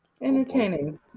entertaining